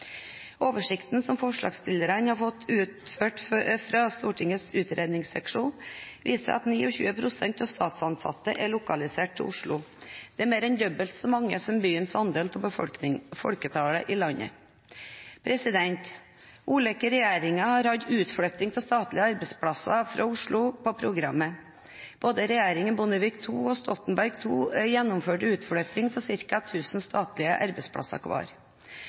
Oversikten som forslagsstillerne har fått utført i Stortingets utredningsseksjon, viser at 29 pst. av de statsansatte er lokalisert til Oslo. Det er mer enn dobbelt så mange som byens andel av folketallet i landet. Ulike regjeringer har hatt utflytting av statlige arbeidsplasser fra Oslo på programmet. Både regjeringen Bondevik II og regjeringen Stoltenberg II gjennomførte utflytting av ca. 1 000 statlige arbeidsplasser hver. Paradokset er at under de samme regjeringene var